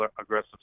aggressive